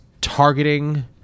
targeting